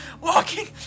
walking